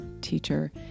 teacher